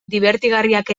dibertigarriak